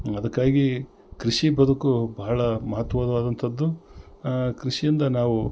ಅದಕ್ಕಾಗಿ ಕ್ರಿಷಿ ಬದುಕು ಬಹಳ ಮಹತ್ವಾವಾದಂಥದ್ದು ಕೃಷಿಯಿಂದ ನಾವು